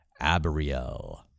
Abriel